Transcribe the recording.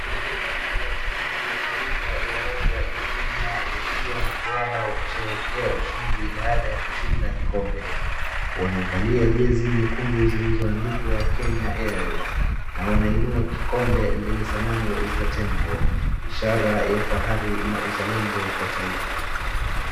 Wachezaji wa timu ya taifa ya Kenya ya raga wakiwa na furaha wakisherekea ushindi baada ya kushinda kikombe. Wamevalia jezi nyekundu zilizo andikwa Kenya airways na wanainua kikombe lenye sanamu za tembo ishara ya fahari na uzalendo kwa taifa.